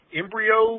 embryo